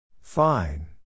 Fine